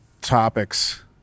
topics